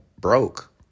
broke